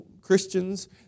Christians